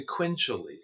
sequentially